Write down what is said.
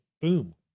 Boom